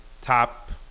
top